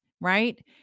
right